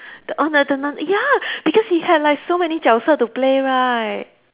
the orh the ya because he had like so many 角色 to play right